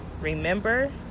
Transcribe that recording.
remember